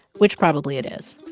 which probably it is.